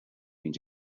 bíonn